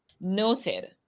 noted